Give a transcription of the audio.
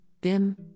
BIM